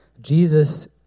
Jesus